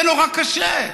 זה נורא קשה,